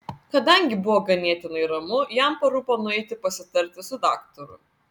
kadangi buvo ganėtinai ramu jam parūpo nueiti pasitarti su daktaru